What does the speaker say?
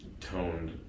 toned